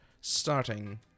starting